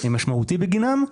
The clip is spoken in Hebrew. משמעותי בגינם,